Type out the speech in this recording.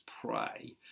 pray